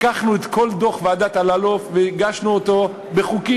לקחנו את כל דוח ועדת אלאלוף והגשנו אותו בחוקים.